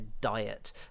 diet